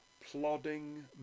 plodding